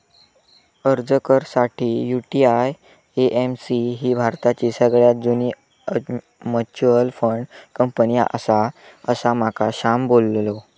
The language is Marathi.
अर्ज कर साठी, यु.टी.आय.ए.एम.सी ही भारताची सगळ्यात जुनी मच्युअल फंड कंपनी आसा, असा माका श्याम बोललो